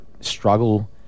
struggle